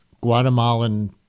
Guatemalan